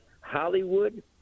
Hollywood